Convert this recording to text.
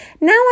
Now